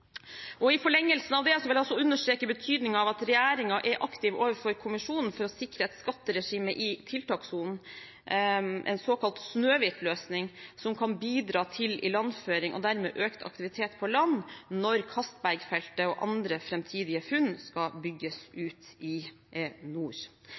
I forlengelsen av det vil jeg også understreke betydningen av at regjeringen er aktiv overfor kommisjonen for å sikre et skatteregime i tiltakssonen – en såkalt Snøhvit-løsning – som kan bidra til ilandføring og dermed økt aktivitet på land når Castberg-feltet og andre framtidige funn skal bygges